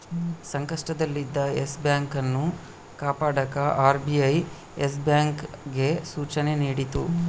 ಸಂಕಷ್ಟದಲ್ಲಿದ್ದ Yes Bank ಅನ್ನು ಕಾಪಾಡಕ ಆರ್.ಬಿ.ಐ ಎಸ್.ಬಿ.ಐಗೆ ಸೂಚನೆ ನೀಡಿತು